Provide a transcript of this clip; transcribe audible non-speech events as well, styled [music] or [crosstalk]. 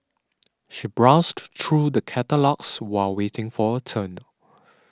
[noise] she browsed through the catalogues while waiting for her turn [noise]